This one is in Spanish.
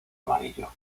amarillo